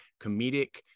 comedic